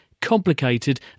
complicated